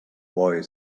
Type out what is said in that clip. boy